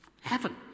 heaven